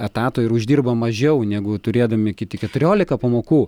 etato ir uždirba mažiau negu turėdami kiti keturiolika pamokų